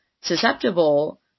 susceptible